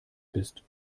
bist